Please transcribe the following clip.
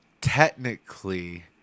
technically